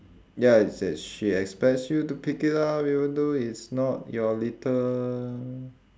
ya it's that she expects you to pick it up even though it's not your litter